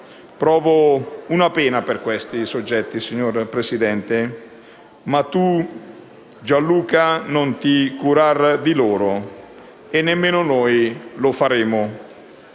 Provo pena per questi soggetti, signor Presidente; ma tu, Gianluca, non ti curar di loro e nemmeno noi lo faremo.